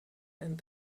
and